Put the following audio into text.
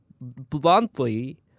bluntly